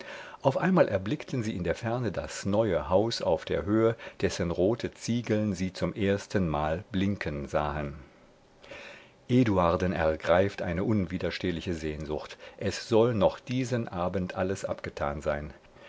auf einmal erblickten sie in der ferne das neue haus auf der höhe dessen rote ziegeln sie zum erstenmal blinken sahen eduarden ergreift eine unwiderstehliche sehnsucht es soll noch diesen abend alles abgetan sein